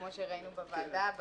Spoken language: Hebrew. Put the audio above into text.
כמו שראינו בוועדה,